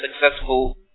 successful